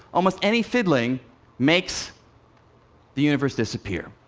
almost any fiddling makes the universe disappear.